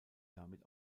damit